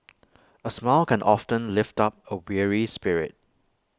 A smile can often lift up A weary spirit